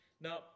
Now